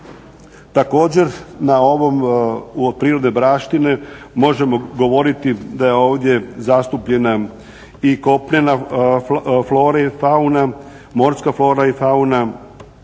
Također, na ovom prirodne baštine možemo govoriti da je ovdje zastupljena i kopnena flora i fauna, morska flora i fauna